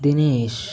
Dinesh